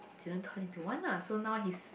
didn't turn into one lah so now he's